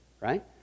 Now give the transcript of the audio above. right